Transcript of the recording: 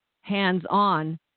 hands-on